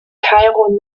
kairo